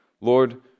Lord